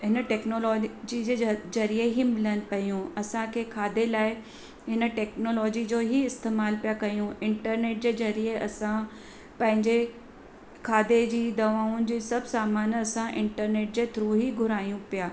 हिन टेक्नोलॉजी जी जे ज़रिए ई मिलन पयूं असांखे खाधे लाइ इन टेक्नोलॉजीअ जो ई इस्तेमालु पिया कयूं इंटरनेट जे ज़रिए असां पंहिंजे खाधे जी दवाउनि जी इहे सभु सामान असां इंटरनेट जे थ्रू ई घुरायूं पिया